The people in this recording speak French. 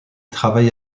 travaille